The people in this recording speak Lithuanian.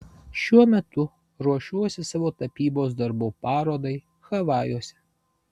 šiuo metu ruošiuosi savo tapybos darbų parodai havajuose